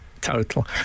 total